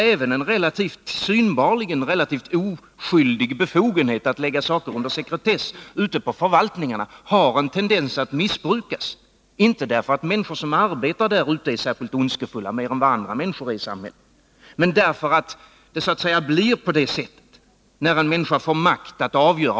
Även en synbarligen relativt oskyldig befogenhet att sekretessbelägga saker och ting ute på förvaltningarna har en tendens att missbrukas — inte därför att människor som arbetar där är mer ondskefulla än andra människor i samhället, men därför att det så att säga blir på det sättet, när en människa får makt att avgöra.